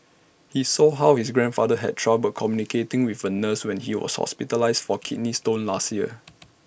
he saw how his grandfather had trouble communicating with A nurse when he was hospitalised for kidney stones last year